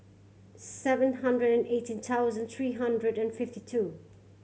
seven hundred eighteen thousand three hundred and fifty two